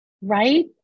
Right